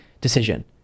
decision